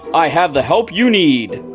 i have the help you need.